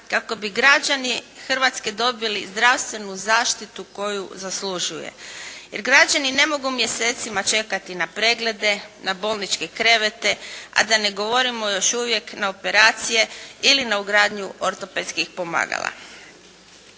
kako bi građani Hrvatske dobili zdravstvenu zaštitu koju zaslužuje. Jer građani ne mogu mjesecima čekati na preglede, na bolničke krevete, a da ne govorimo još uvijek na operacije ili na ugradnju ortopedskih pomagala.